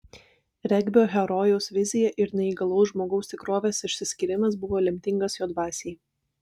regbio herojaus vizija ir neįgalaus žmogaus tikrovės išsiskyrimas buvo lemtingas jo dvasiai